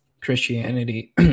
Christianity